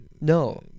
No